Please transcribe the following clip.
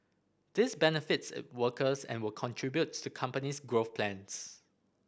this benefits its workers and will contribute to the company's growth plans